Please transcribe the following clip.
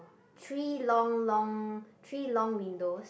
three long long three long windows